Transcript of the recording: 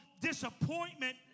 disappointment